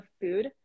food